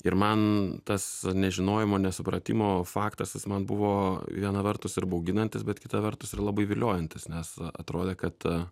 ir man tas nežinojimo nesupratimo faktas tas man buvo viena vertus ir bauginantis bet kita vertus ir labai viliojantis nes atrodė kad